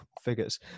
figures